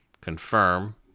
confirm